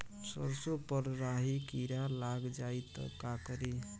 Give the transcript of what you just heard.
सरसो पर राही किरा लाग जाई त का करी?